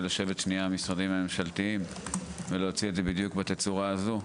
המשרדים הממשלתיים צריכים לשבת ולהוציא את זה בדיוק בתצורה הזאת.